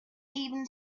even